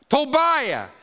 Tobiah